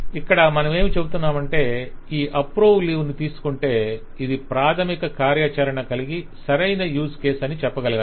ఇక్కడ మనమేమీ చెబుతున్నామంటే ఈ అప్రూవ్ లీవ్ ను తీసుకొంటే ఇది ప్రాధమిక కార్యాచరణ కలిగి సరైన యూస్ కేసు అని చెప్పగలగాలి